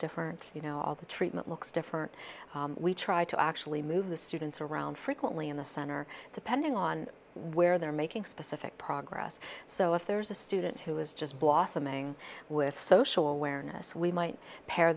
different you know all the treatment looks different we try to actually move the students around frequently in the center depending on where they're making specific progress so if there's a student who is just blossoming with social awareness we might pair